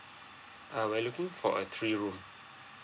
uh we're looking for a three room